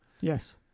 Yes